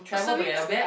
oh Serena